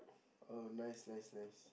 oh nice nice nice